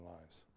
lives